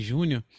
Júnior